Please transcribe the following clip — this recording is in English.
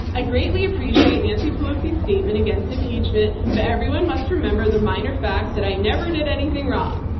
i greatly appreciate nancy pelosi's statement against impeachment, but everyone must remember the minor fact that i never did anything wrong.